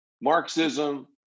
Marxism